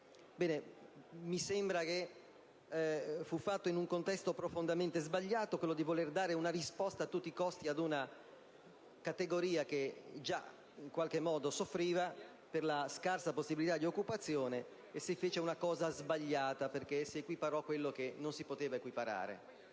Mi sembra che fu in un contesto profondamente sbagliato che si volle dare una risposta a tutti i costi ad una categoria che già soffriva della scarsa possibilità di occupazione. Si fece una cosa sbagliata perché si equiparò quello che non si poteva equiparare,